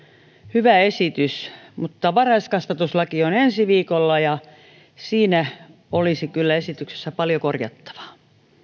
hyvä esitys mutta varhaiskasvatuslaki on ensi viikolla ja siinä esityksessä olisi kyllä paljon korjattavaa